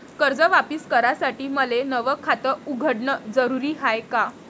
कर्ज वापिस करासाठी मले नव खात उघडन जरुरी हाय का?